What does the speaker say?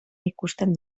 ikusten